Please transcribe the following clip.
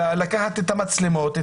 לקחת את המצלמות,